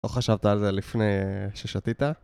לא חשבת על זה לפני ששתית